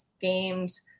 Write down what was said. games